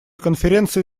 конференции